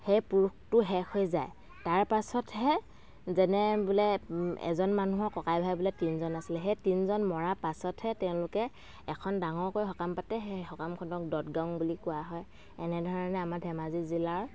সেই পুৰুষটো শেষ হৈ যায় তাৰ পাছতহে যেনে বোলে এজন মানুহ ককাই ভাই বোলে তিনিজন আছিলে সেই তিনিজন মৰাৰ পাছতহে তেওঁলোকে এখন ডাঙৰকৈ সকাম পাতে সেই সকামখন দদগং বুলি কোৱা হয় এনেধৰণে আমাৰ ধেমাজি জিলাৰ